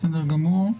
--- בסדר גמור.